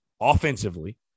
offensively